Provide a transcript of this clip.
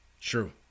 true